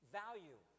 value